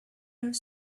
are